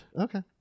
Okay